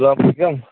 hello